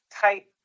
type